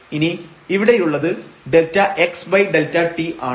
ഇനി ഇവിടെയുള്ളത് ΔxΔt ആണ്